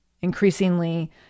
increasingly